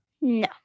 No